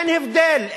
אין הבדל.